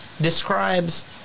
describes